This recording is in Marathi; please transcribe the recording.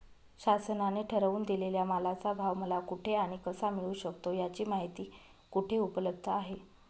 शासनाने ठरवून दिलेल्या मालाचा भाव मला कुठे आणि कसा मिळू शकतो? याची माहिती कुठे उपलब्ध आहे?